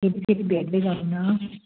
फेरि फेरि भेट्दै गरौँ न